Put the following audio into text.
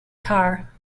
car